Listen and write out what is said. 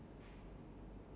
ya around there